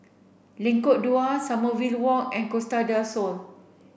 Lengkok Dua Sommerville Walk and Costa del Sol